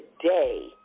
today